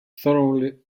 thoroughly